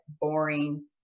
boring